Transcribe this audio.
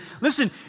Listen